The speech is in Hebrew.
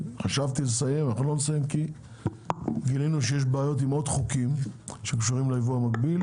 כי גילינו שיש בעיות עם עוד חוקים שקשורים לייבוא המקביל